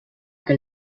que